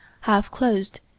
half-closed